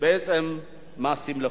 ומעשים לחוד.